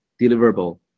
deliverable